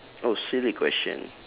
oh silly question